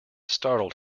startled